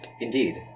Indeed